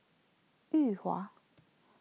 Yuhua